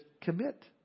Commit